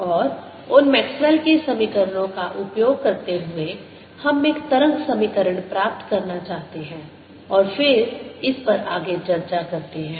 और उन मैक्सवेल के समीकरणों Maxwell's equations का उपयोग करते हुए हम एक तरंग समीकरण प्राप्त करना चाहते हैं और फिर इस पर आगे चर्चा करते हैं